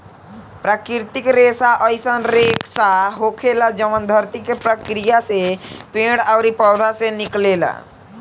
प्राकृतिक रेसा अईसन रेसा होखेला जवन धरती के प्रक्रिया से पेड़ ओरी पौधा से निकलेला